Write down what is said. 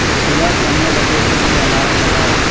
صبح کے نو بجے کے لیے الارم لگاؤ